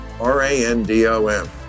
R-A-N-D-O-M